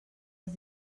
els